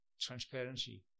Transparency